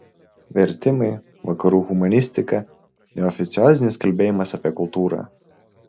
vertimai vakarų humanistika neoficiozinis kalbėjimas apie kultūrą